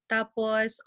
Tapos